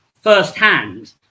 firsthand